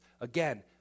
again